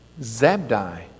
Zabdi